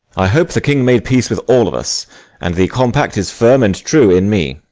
i hope the king made peace with all of us and the compact is firm and true in me.